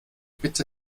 bitte